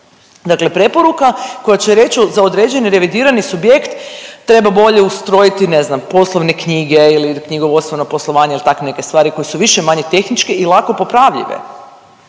Dakle, preporuka koja će reći za određeni revidirani subjekt treba bolje ustrojiti ne znam poslovne knjige ili knjigovodstveno poslovanje ili tako neke stvari koje su više-manje tehničke i lako popravljive